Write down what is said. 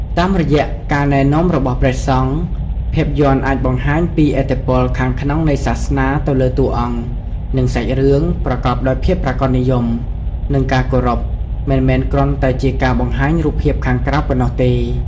តាមរយៈការណែនាំរបស់ព្រះសង្ឃ ភាពយន្តអាចបង្ហាញពី ឥទ្ធិពលខាងក្នុងនៃសាសនាទៅលើតួអង្គ និងសាច់រឿង ប្រកបដោយភាពប្រាកដនិយម និងការគោរព មិនមែនគ្រាន់តែជាការបង្ហាញរូបភាពខាងក្រៅប៉ុណ្ណោះទេ។